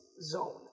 zone